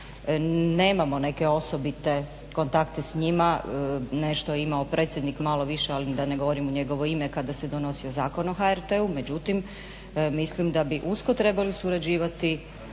nemamo neke osobite kontakte s njima, nešto je imao predsjednik, malo više ali da ne govorim u njegovo ime kada se donosio Zakon o HRT-u. Međutim, mislim da bi usko trebali surađivati